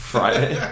Friday